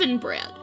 Bread